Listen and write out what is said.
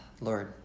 Lord